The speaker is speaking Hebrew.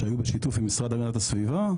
שהיו בשיתוף עם משרד להגנת הסביבה,